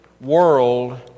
world